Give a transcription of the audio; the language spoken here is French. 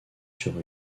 sur